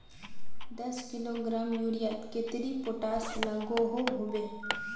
दस किलोग्राम यूरियात कतेरी पोटास लागोहो होबे?